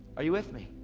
are you with me?